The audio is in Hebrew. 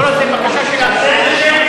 לא לא לא לא.